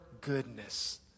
goodness